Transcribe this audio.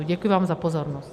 Děkuji vám za pozornost.